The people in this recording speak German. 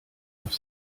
auf